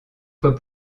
fois